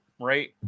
right